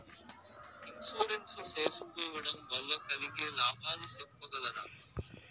Insurance సేసుకోవడం వల్ల కలిగే లాభాలు సెప్పగలరా?